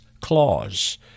Clause